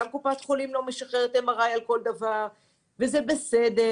גם קופת חולים לא משחררת MRI על כל דבר וזה בסדר,